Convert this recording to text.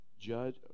judge